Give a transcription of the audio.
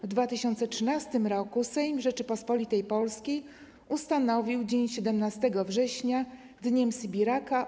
W 2013 r. Sejm Rzeczypospolitej Polskiej ustanowił dzień 17 września Dniem Sybiraka.